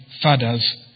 Father's